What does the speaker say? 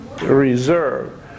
reserve